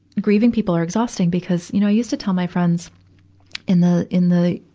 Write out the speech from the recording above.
grieving people are exhausting because, you know, i used to tell my friends in the, in the,